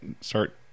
start